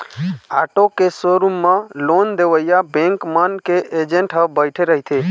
auto के showroom म loan देवइया बेंक मन के एजेंट ह बइठे रहिथे